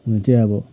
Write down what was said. हुन चाहिँ अब